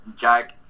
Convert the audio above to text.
Jack